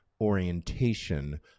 orientation